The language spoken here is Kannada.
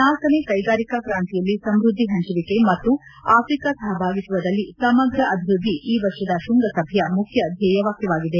ನಾಲ್ಕನೇ ಕೈಗಾರಿಕಾ ಕ್ರಾಂತಿಯಲ್ಲಿ ಸಮ್ಮದ್ದಿ ಹಂಚುವಿಕೆ ಮತ್ತು ಆಫ್ರಿಕಾ ಸಹಭಾಗಿತ್ವದಲ್ಲಿ ಸಮಗ್ರ ಅಭಿವೃದ್ದಿ ಈ ವರ್ಷದ ಶೃಂಗಸಭೆಯ ಮುಖ್ಯ ಧ್ಯೇಯವಾಖ್ಯವಾಗಿದೆ